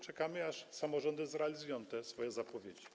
Czekamy, aż samorządy zrealizują te swoje zapowiedzi.